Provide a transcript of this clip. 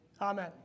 Amen